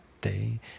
day